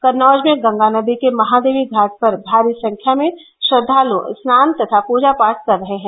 कन्नौज में गंगा नदी के महादेवी घाट पर भारी संख्या में श्रद्धालु स्नान तथा पूजा पाठ कर रहे हैं